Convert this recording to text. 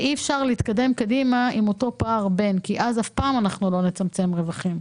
אי אפשר להתקדם קדימה עם אותו פער כי אז אף פעם לא נצמצם רווחים,